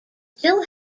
still